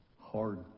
Hard